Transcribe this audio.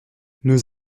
nos